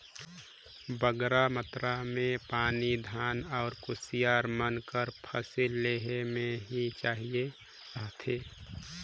बगरा मातरा में पानी धान अउ कुसियार मन कर फसिल लेहे में ही चाहिए रहथे